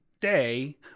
day